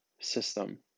system